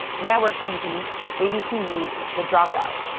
network tv abc news, the drop out.